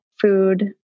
food